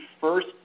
first